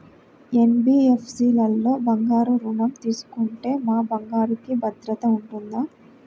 NBFC లలో బంగారు ఋణం తీసుకుంటే మా బంగారంకి భద్రత ఉంటుందా?